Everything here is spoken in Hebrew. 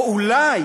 או אולי